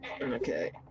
Okay